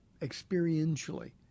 experientially